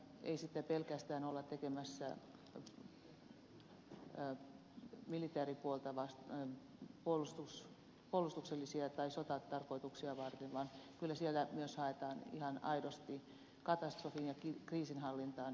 ei sitä pelkästään olla tekemässä militääripuolta puolustuksellisia tai sotatarkoituksia varten vaan kyllä siellä myös haetaan ihan aidosti katastrofien ja kriisinhallintaan yhteistyömahdollisuuksia